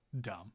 dumb